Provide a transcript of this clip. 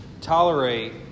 tolerate